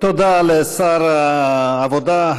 תודה לשר העבודה,